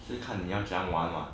是看你要怎样玩 what